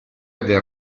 del